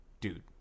dude